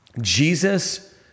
Jesus